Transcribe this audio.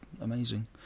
amazing